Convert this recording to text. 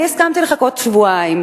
אני הסכמתי לחכות שבועיים,